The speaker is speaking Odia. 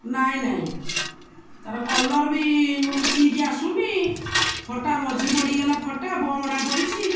ନାଇଁ ନାଇଁ ତା'ର କଲର୍ ବି ମୁଁ ଚିିକ୍ ଆସୁନି ଫଟା ମଝି ପଡ଼ିଗଲା ଫଟା ବମଡ଼ା ପଡ଼ିଛି